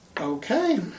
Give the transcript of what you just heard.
Okay